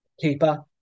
keeper